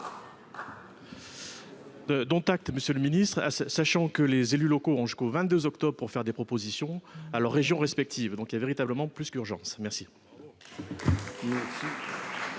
Dont acte, monsieur le ministre, sachant que les élus locaux ont jusqu'au 22 octobre pour faire des propositions à leurs régions respectives. Il y a donc véritablement plus qu'urgence.